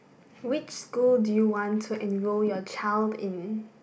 which school do you want to enroll your child in